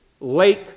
lake